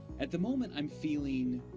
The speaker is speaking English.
at the moment, i'm feeling.